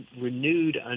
renewed